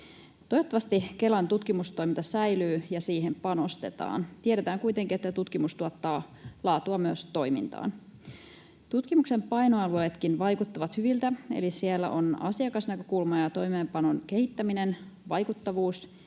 Toivottavasti Kelan tutkimustoiminta säilyy ja siihen panostetaan. Tiedetään kuitenkin, että tutkimus tuottaa laatua myös toimintaan. Tutkimuksen painoalueetkin vaikuttavat hyviltä, eli siellä on asiakasnäkökulma ja toimeenpanon kehittäminen, vaikuttavuus,